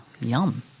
yum